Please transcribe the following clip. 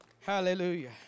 Hallelujah